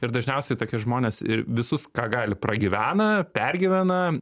ir dažniausiai tokie žmonės ir visus ką gali pragyvena pergyvena